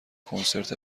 کنسرت